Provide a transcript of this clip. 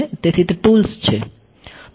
તેથી તે ટૂલ્સ છે